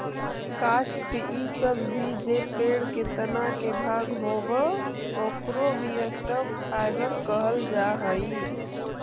काष्ठ इ सब भी जे पेड़ के तना के भाग होवऽ, ओकरो भी स्टॉक फाइवर कहल जा हई